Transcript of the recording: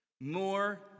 more